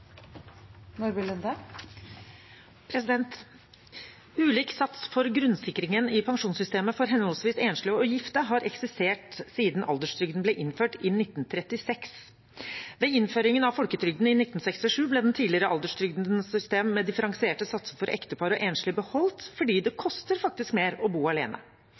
syn. Ulik sats for grunnsikringen i pensjonssystemet for henholdsvis enslige og gifte har eksistert siden alderstrygden ble innført i 1936. Ved innføringen av folketrygden i 1967 ble det tidligere alderstrygdsystemet med differensierte satser for ektepar og enslige beholdt, fordi det faktisk koster mer å bo alene.